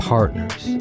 Partners